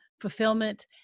fulfillment